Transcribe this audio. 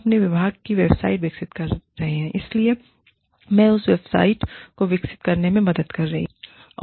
हम अपने विभाग की वेबसाइट विकसित कर रहे हैं इसलिए मैं उस वेबसाइट को विकसित करने में मदद कर रही हूं